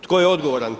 Tko je odgovoran?